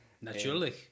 naturally